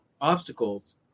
obstacles